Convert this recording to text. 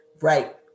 Right